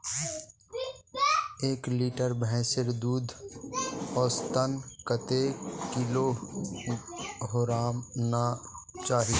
एक लीटर भैंसेर दूध औसतन कतेक किलोग्होराम ना चही?